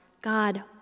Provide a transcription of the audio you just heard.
God